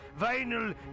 Vinyl